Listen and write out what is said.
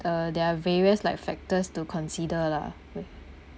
uh there are various like factors to consider lah